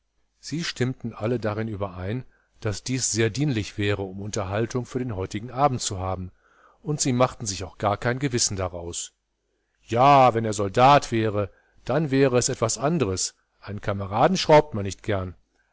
sie stimmten alle darin überein daß dies sehr dienlich wäre um unterhaltung für den heutigen abend zu haben und sie machten sich auch gar kein gewissen daraus ja wenn er soldat wäre dann wäre es etwas anderes einen kameraden schraubt man nicht gerne